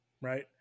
right